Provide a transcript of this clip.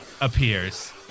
appears